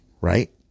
right